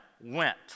went